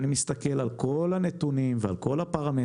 ומסתבר שהקרחונים בשנתיים האחרונות לא